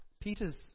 Peter's